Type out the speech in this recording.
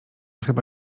chyba